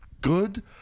good